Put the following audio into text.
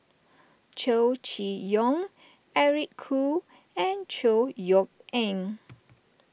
Chow Chee Yong Eric Khoo and Chor Yeok Eng